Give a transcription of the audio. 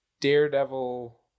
daredevil